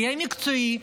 תהיה מקצועי,